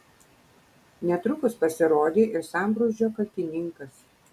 netrukus pasirodė ir sambrūzdžio kaltininkas